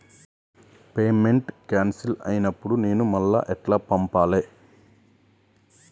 Payment cancel అయినపుడు నేను మళ్ళా ఎట్ల పంపాలే?